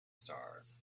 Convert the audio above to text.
stars